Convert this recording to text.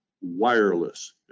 wireless